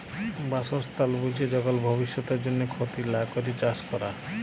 বাসস্থাল বুঝে যখল ভব্যিষতের জন্হে ক্ষতি লা ক্যরে চাস ক্যরা